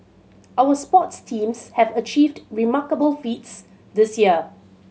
our sports teams have achieved remarkable feats this year